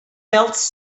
melts